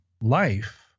life